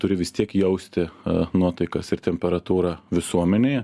turi vis tiek jausti nuotaikas ir temperatūrą visuomenėje